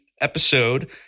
episode